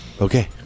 Okay